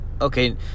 Okay